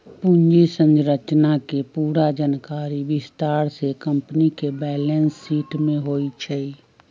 पूंजी संरचना के पूरा जानकारी विस्तार से कम्पनी के बैलेंस शीट में होई छई